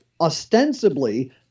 ostensibly